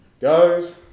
Guys